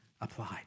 applied